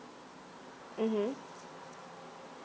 mm